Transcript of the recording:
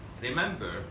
remember